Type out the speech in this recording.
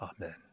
Amen